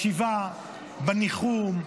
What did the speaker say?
בשבעה, בניחום.